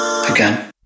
again